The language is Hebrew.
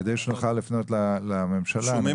שנוכל לפנות לממשלה.